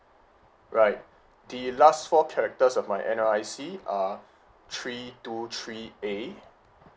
right the last four characters of my N_R_I_C are three two three A